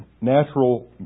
natural